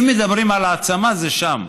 אם מדברים על העצמה, זה שם,